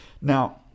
Now